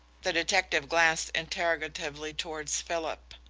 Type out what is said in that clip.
the detective glanced interrogatively towards philip.